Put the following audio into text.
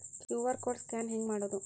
QR code scan ಹೆಂಗ್ ಮಾಡೋದು?